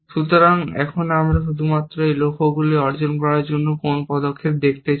সুতরাং আমরা এখন শুধুমাত্র এই লক্ষ্যগুলি অর্জন করার জন্য কোন পদক্ষেপগুলি দেখতে চাই